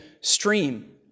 stream